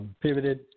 pivoted